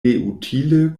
neutile